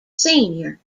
senior